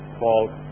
called